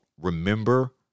remember